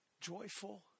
joyful